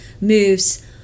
moves